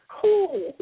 cool